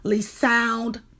sound